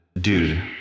dude